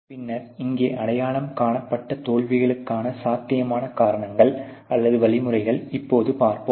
பின்னர் இங்கே அடையாளம் காணப்பட்ட தோல்விக்கான சாத்தியமான காரணங்கள் அல்லது வழிமுறைகளை இப்போது பார்ப்போம்